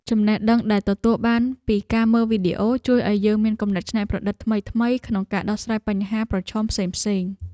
ចំណេះដឹងដែលទទួលបានពីការមើលវីដេអូជួយឱ្យយើងមានគំនិតច្នៃប្រឌិតថ្មីៗក្នុងការដោះស្រាយបញ្ហាប្រឈមផ្សេងៗ។